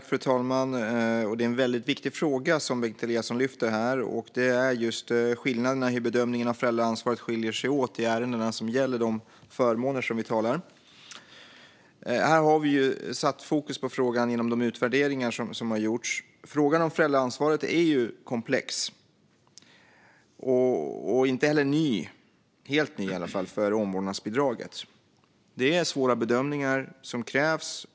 Fru talman! Det är en väldigt viktig fråga som Bengt Eliasson lyfter fram. Det är just skillnaderna i bedömningarna av föräldraansvaret i ärendena när det gäller de förmåner som vi talar om. Vi har satt fokus på frågan genom de utvärderingar som har gjorts. Frågan om föräldraansvaret är komplex och inte heller helt ny när det gäller omvårdnadsbidraget. Det är svåra bedömningar som krävs.